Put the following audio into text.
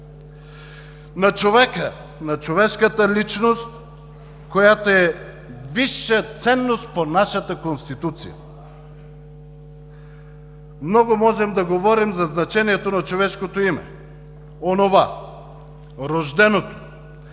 на човека – на човешката личност, която е висша ценност по нашата Конституция! Много можем да говорим за значението на човешкото име – онова, рожденото,